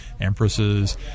empresses